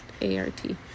A-R-T